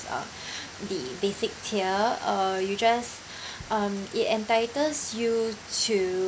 uh the basic tier uh you just um it entitles you to